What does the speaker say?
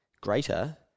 greater